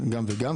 גם וגם,